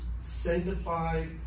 sanctified